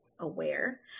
aware